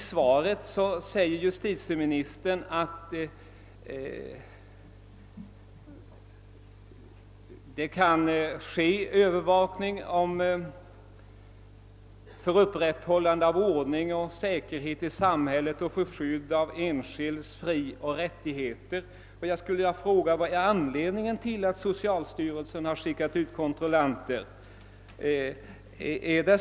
I svaret säger justitieministern att övervakning kan ske för upprätthållande av ordning och säkerhet i samhället och för skydd av enskilds frioch rättigheter. Vad är anledningen till att socialstyrelsen har skickat ut kontrollanter?